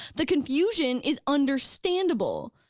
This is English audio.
the confusion is understandable,